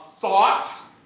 thought